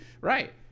right